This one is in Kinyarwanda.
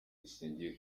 zishingiye